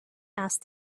asked